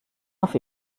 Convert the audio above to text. auf